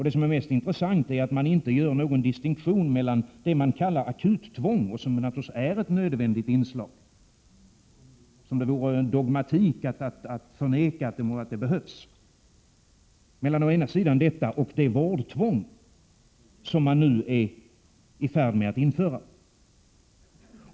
Det som är mest intressant är att det inte görs någon distinktion mellan det som kallas akuttvång — och som naturligtvis är ett nödvändigt inslag, det vore dogmatik att förneka att det behövs — och det vårdtvång man nu är i färd att införa.